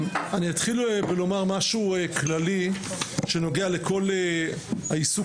אני אתחיל לומר משהו כללי שנוגע לכל העיסוק